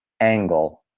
angle